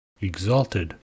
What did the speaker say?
Exalted